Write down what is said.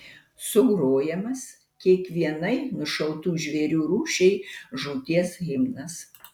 sugrojamas kiekvienai nušautų žvėrių rūšiai žūties himnas